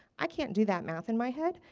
i can't do that math in my head,